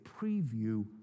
preview